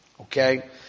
Okay